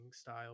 style